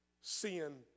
sin